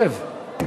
שב.